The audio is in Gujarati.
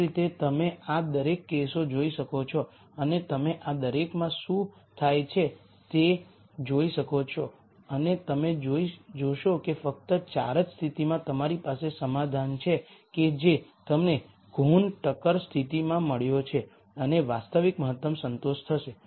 એ જ રીતે તમે આ દરેક કેસો જોઈ શકો છો અને તમે આ દરેકમાં શું થાય છે તે જોઈ શકો છો અને તમે જોશો કે ફક્ત 4 જ સ્થિતિમાં તમારી પાસે સમાધાન છે કે જે તમને કુહ્ન ટકર સ્થિતિમાંથી મળ્યો છે અને વાસ્તવિક મહત્તમ સંતોષ થશે